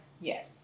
Yes